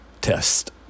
Test